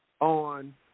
on